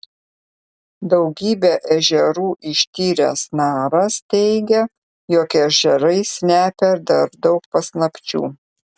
daugybę ežerų ištyręs naras teigia jog ežerai slepia dar daug paslapčių